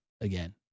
Again